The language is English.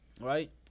right